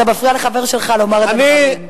אתה מפריע לחבר שלך לומר את הדברים.